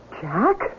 Jack